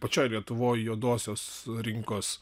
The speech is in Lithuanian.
pačioj lietuvoj juodosios rinkos